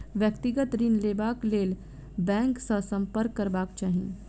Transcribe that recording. व्यक्तिगत ऋण लेबाक लेल बैंक सॅ सम्पर्क करबाक चाही